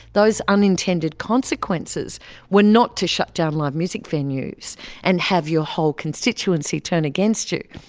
those unintended consequences were not to shut down live music venues and have your whole constituency turn against you.